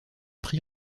prix